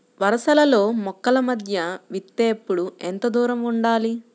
వరసలలో మొక్కల మధ్య విత్తేప్పుడు ఎంతదూరం ఉండాలి?